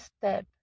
step